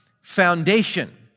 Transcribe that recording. foundation